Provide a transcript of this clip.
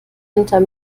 hinter